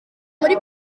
muri